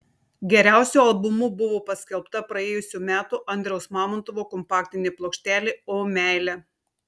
geriausiu albumu buvo paskelbta praėjusių metų andriaus mamontovo kompaktinė plokštelė o meile